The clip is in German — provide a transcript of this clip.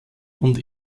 und